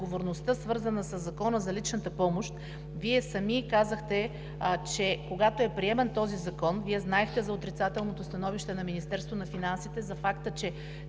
отговорността, свързана със Закона за личната помощ – Вие сами казахте, че когато е приеман този закон, сте знаели за отрицателното становище на Министерството на финансите, за факта, че